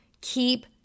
Keep